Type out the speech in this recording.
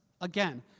Again